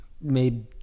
made –